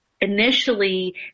initially